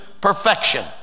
perfection